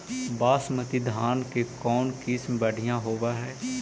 बासमती धान के कौन किसम बँढ़िया होब है?